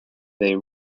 they